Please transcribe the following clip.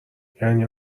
یعنی